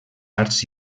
arts